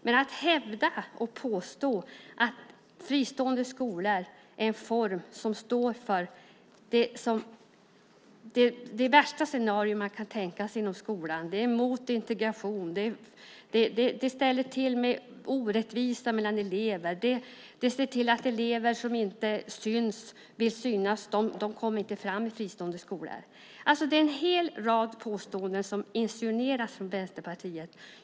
Men man hävdar och påstår att fristående skolor är en form som står för det värsta scenario man kan tänka sig inom skolan, att de är mot integration, att de ställer till med orättvisa mellan elever och att de ser till att elever som inte vill synas inte kommer fram i de fristående skolorna. Det är en hel rad påståenden som insinueras från Vänsterpartiet.